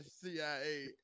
CIA